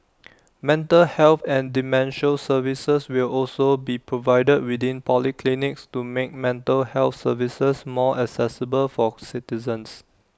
mental health and dementia services will also be provided within polyclinics to make mental health services more accessible for citizens